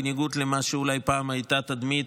בניגוד למה שאולי פעם הייתה התדמית,